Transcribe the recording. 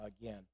again